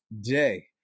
day